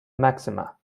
maxima